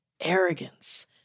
arrogance